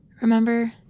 Remember